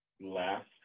last